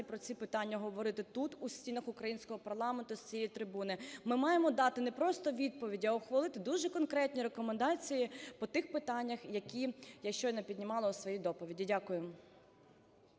про ці питання говорити тут, у стінах українського парламенту, з цієї трибуни. Ми маємо дати не просто відповідь, а ухвалити дуже конкретні рекомендації по тих питаннях, які я щойно піднімала у своїй доповіді. Дякую.